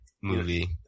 movie